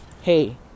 hey